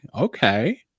okay